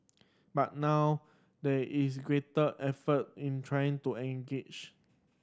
but now there is greater effort in trying to engage